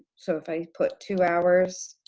so, if i put two hours,